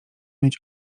mieć